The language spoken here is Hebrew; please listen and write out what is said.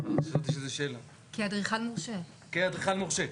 כאדריכל מורשה,